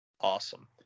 Awesome